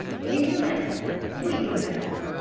weed em out weed em out!